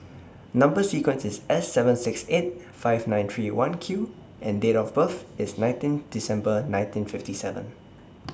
Number sequence IS S seven six eight five nine three one Q and Date of birth IS nineteen December nineteen fifty seven